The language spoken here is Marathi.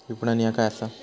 विपणन ह्या काय असा?